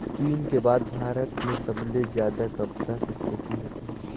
चीन के बाद भारत में सबले जादा कपसा के खेती होथे